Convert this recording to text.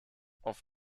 auf